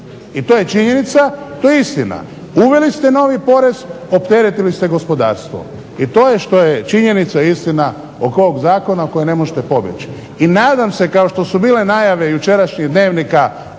I to je činjenica, to je istina. Uveli ste novi porez, opteretili ste gospodarstvo i to je što je činjenica i istina oko ovog zakona od kojeg ne možete pobjeći. I nadam se kao što su bile najave jučerašnjih dnevnika,